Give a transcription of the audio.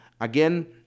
Again